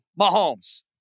Mahomes